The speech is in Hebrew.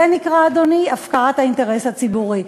זה נקרא, אדוני, הפקרת האינטרס הציבורי.